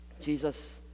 Jesus